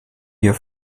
hier